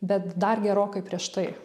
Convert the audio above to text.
bet dar gerokai prieš tai